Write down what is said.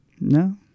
No